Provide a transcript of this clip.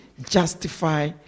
Justify